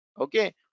Okay